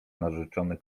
narzeczony